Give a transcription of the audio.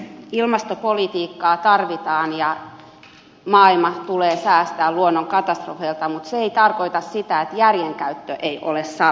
ilmastopolitiikkaa tarvitaan ja maailma tulee säästää luonnon katastrofeilta mutta se ei tarkoita sitä että järjen käyttö ei ole sallittu